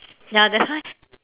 ya that's why